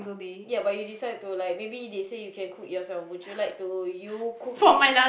ya but you decide to like maybe they say you can cook yourself would you like to you cook it